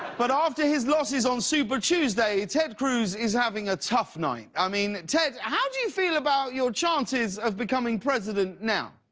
but after his losses on super tuesday, ted cruz is having a tough night. i mean ted, how do you feel about your chances of becoming president now?